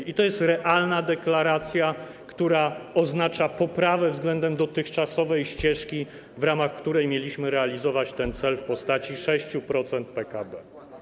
I to jest realna deklaracja, która oznacza poprawę względem dotychczasowej ścieżki, w ramach której mieliśmy realizować ten cel w postaci 6% PKB.